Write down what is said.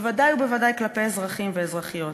בוודאי ובוודאי כלפי אזרחים ואזרחיות.